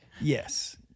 Yes